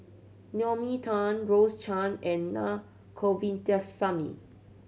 Naomi Tan Rose Chan and Na Govindasamy